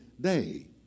day